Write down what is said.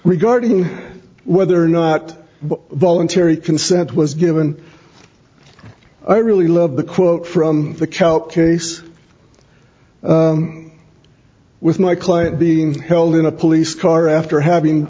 regarding whether or not voluntary consent was given i really love the quote from the cow case with my client being held in a police car after having